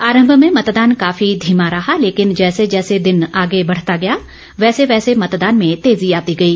आरंभ में मतदान काफी धीमा रहा लेकिन जैसे जैसे दिन ैआगे बढ़ता गया वैसे वैसे मतदान में तेजी आती गई